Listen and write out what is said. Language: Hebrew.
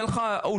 אין לך עולים,